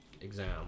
exam